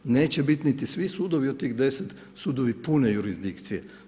Neće biti niti svi sudovi od tih 10 sudovi pune jurisdikcije.